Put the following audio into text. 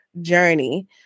journey